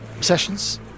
Sessions